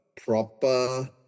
proper